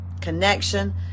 connection